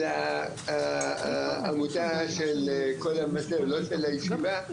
של העמותה של "קול המבשר" לא של הישיבה,